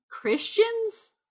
Christians